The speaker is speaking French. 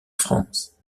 france